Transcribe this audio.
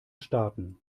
starten